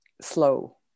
slow